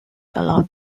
along